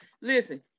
Listen